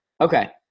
Okay